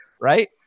right